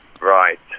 Right